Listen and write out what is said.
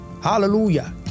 Hallelujah